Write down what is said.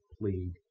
plead